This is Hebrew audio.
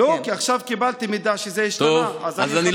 לא, כי עכשיו קיבלתי מידע שזה השתנה, אז אני מכבד.